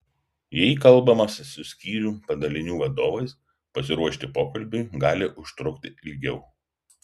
jei kalbamasi su skyrių padalinių vadovais pasiruošti pokalbiui gali užtrukti ilgiau